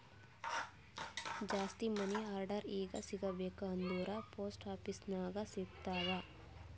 ಜಾಸ್ತಿ money order ಈಗ ಸಿಗಬೇಕ ಅಂದುರ್ ಪೋಸ್ಟ್ ಆಫೀಸ್ ನಾಗೆ ಸಿಗ್ತಾವ್